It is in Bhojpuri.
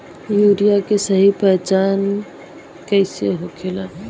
यूरिया के सही पहचान कईसे होखेला?